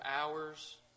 hours